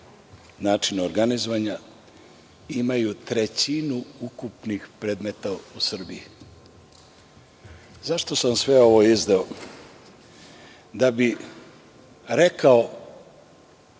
načinu organizovanja, imaju trećinu ukupnih predmeta u Srbiji.Zašto sam sve ovo izneo? Da bih rekao